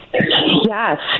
Yes